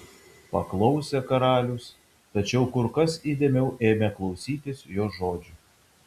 paklausė karalius tačiau kur kas įdėmiau ėmė klausytis jos žodžių